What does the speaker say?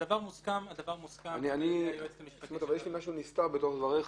הדבר מוסכם על ידי היועצת המשפטית של --- יש משהו נסתר בדבריך.